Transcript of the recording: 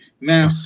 now